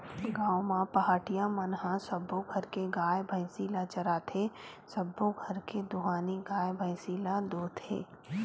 गाँव म पहाटिया मन ह सब्बो घर के गाय, भइसी ल चराथे, सबो घर के दुहानी गाय, भइसी ल दूहथे